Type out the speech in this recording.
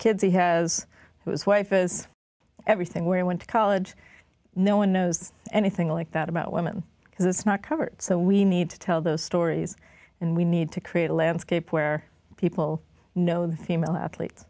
kids he has whose wife is everything we went to college no one knows anything like that about women because it's not covered so we need to tell those stories and we need to create a landscape where people know that female athletes